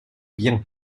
bien